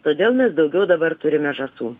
todėl mes daugiau dabar turime žąsų